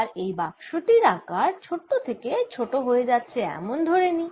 এবার এই বাক্স টির আকার ছোট থেকে আর ছোট হয়ে যাচ্ছে এমন ধরে নিই